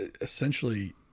essentially